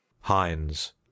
Hines